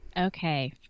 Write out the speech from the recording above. Okay